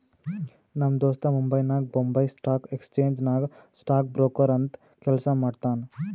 ನಮ್ ದೋಸ್ತ ಮುಂಬೈನಾಗ್ ಬೊಂಬೈ ಸ್ಟಾಕ್ ಎಕ್ಸ್ಚೇಂಜ್ ನಾಗ್ ಸ್ಟಾಕ್ ಬ್ರೋಕರ್ ಅಂತ್ ಕೆಲ್ಸಾ ಮಾಡ್ತಾನ್